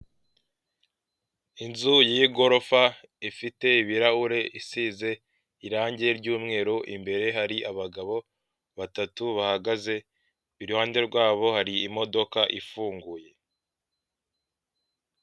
Inzu y'igorofa ifite ibirahure isize irangi ry'umweru imbere hari abagabo batatu bahagaze, iruhande rwabo hari imodoka ifunguye.